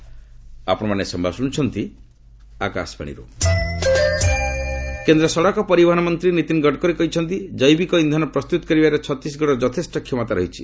Gadkari bio fuel କେନ୍ଦ୍ର ସଡ଼କ ପରିବହନ ମନ୍ତ୍ରୀ ନୀତିନ ଗଡ଼କରୀ କହିଛନ୍ତି ଯେ ଜୈବିକ ଇନ୍ଧନ ପ୍ରସ୍ତୁତ କରିବାରେ ଛତିଶଗଡ଼ର ଯଥେଷ୍ଟ କ୍ଷମତା ରହିଛି